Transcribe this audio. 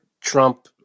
trump